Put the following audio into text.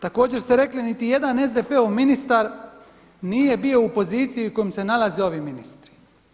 Također ste rekli, niti jedan SDP-ov ministar nije bio u poziciji u kojoj se nalaze ovi ministri.